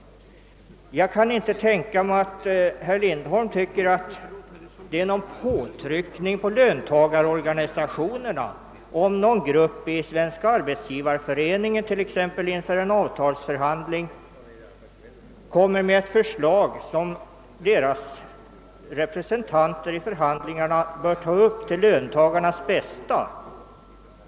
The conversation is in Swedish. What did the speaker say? Jag kan inte tänka mig att herr Lindholm tycker att det är påtryckning på löntagarorganisationerna om en grupp inom Svenska arbetsgivareföreningen t.ex. inför en avtalsförhandling lägger fram förslag som deras representanter i förhandlingarna bör ta upp till löntagarnas bästa.